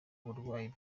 burwayi